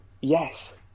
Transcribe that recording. Yes